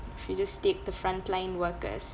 if you just take the frontline workers